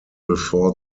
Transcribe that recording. before